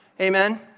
Amen